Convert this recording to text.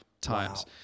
times